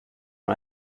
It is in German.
nur